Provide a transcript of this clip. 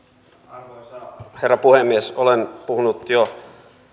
arvoisa herra puhemies olen puhunut jo